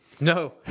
No